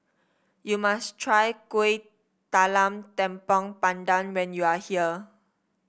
you must try Kuih Talam Tepong Pandan when you are here